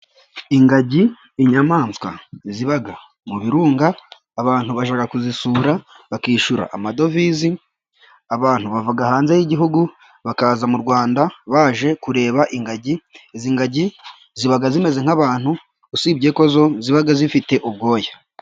Ingagi inyamaswa ziba mubirunga, abantu bajya kuzisura bakishyura amadovize, abantu bava hanze y'igihugu bakaza mu Rwanda baje kureba ingagi. Izi ngagi ziba zimeze nk'abantu usibye ko zo ziba zifite ubwoya.